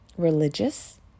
religious